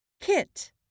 kit